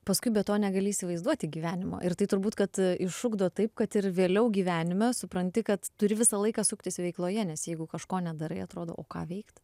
paskui be to negali įsivaizduoti gyvenimo ir tai turbūt kad išugdo taip kad ir vėliau gyvenime supranti kad turi visą laiką suktis veikloje nes jeigu kažko nedarai atrodo o ką veikt